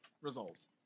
result